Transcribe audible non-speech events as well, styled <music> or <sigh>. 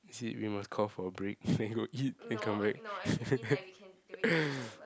is it we must call for a break then we go eat then come back <laughs>